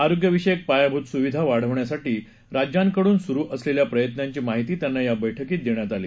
आरोग्यविषयक पायाभूत सुविधा वाढवण्यासाठी राज्यांकडून सुरु असलेल्या प्रयत्नांची माहिती त्यांना या बैठकीत देण्यात आली